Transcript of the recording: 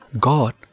God